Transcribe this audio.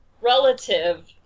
relative